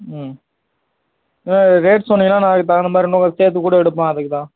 rate சொன்னீங்கனால் நான் அதுக்குத் தகுந்தமாதிரி இன்னும் கொஞ்சம் சேர்த்துக்கூட எடுப்போம் அதுக்குத்தான்